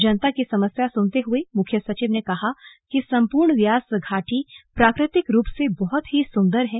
जनता की समस्या सुनते हुए मुख्य सचिव ने कहा कि सम्पूर्ण व्यास घाटी प्राकृतिक रूप से बहुत ही सुन्दर है